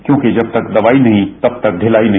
क्योंकि जब तक दवाई नहीं तब तक ढिलाई नहीं